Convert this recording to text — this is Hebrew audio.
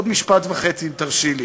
עוד משפט וחצי אם תרשי לי,